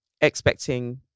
expecting